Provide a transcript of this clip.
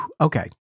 Okay